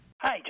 Hi